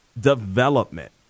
development